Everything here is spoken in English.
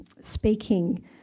speaking